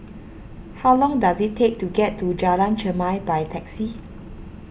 how long does it take to get to Jalan Chermai by taxi